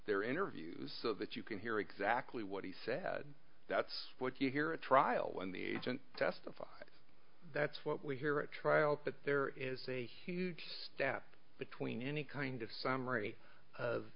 their interviews so that you can hear exactly what he said that's what you hear at trial when the agent testified that's what we hear at trial that there is a huge step between any kind of summary